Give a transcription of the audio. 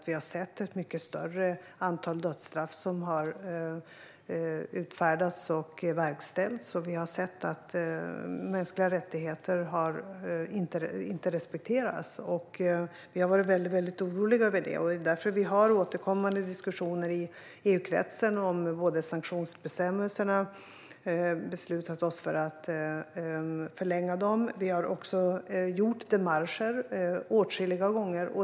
Vi har sett hur antalet dödsstraff som har utfärdats och verkställts har ökat och att mänskliga rättigheter inte respekteras. Vi har varit väldigt oroliga över detta. Det är därför som vi har återkommande diskussioner i EU-kretsen om sanktionsbestämmelserna och beslutat oss för att förlänga sanktionerna. Vi har även gjort démarcher åtskilliga gånger.